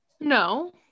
no